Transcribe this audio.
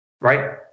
Right